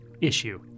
issue